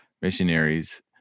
missionaries